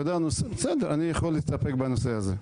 אני יכול להסתפק בנושא הזה.